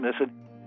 missing